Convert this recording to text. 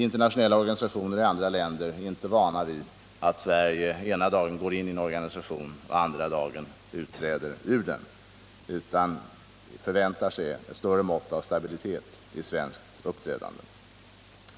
Internationella organisationer i andra länder är inte vana vid att Sverige ena dagen går in i en organisation och den andra dagen utträder ur den, utan man förväntar sig ett större mått av stabilitet i svenskt uppträdande.